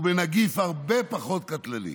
ובנגיף הרבה פחות קטלני.